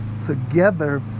Together